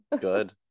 good